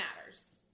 matters